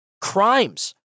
Crimes